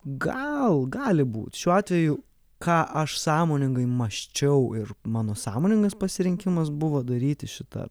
gal gali būt šiuo atveju ką aš sąmoningai mąsčiau ir mano sąmoningas pasirinkimas buvo daryti šitą